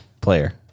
player